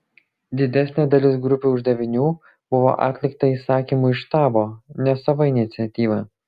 didesnė dalis grupių uždavinių buvo atlikta įsakymu iš štabo ne sava iniciatyva